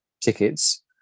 tickets